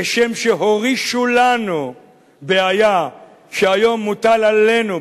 כשם שהורישו לנו בעיה שהיום מוטל עלינו,